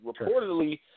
reportedly